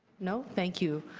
no? thank you.